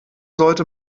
sollte